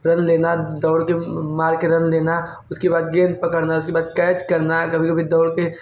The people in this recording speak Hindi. रन लेना दौड़ कर मार कर रन लेना उसके बाद गेंद पकड़ना उसके बाद कैच करना कभी कभी दौड़ कर